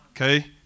Okay